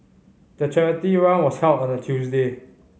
the charity run was held on a Tuesday